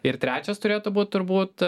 ir trečias turėtų būt turbūt